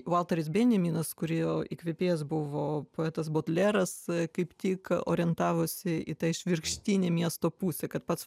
valteris benjaminas kurio įkvėpėjas buvo poetas bodleras kaip tik orientavosi į tą išvirkštinę miesto pusę kad pats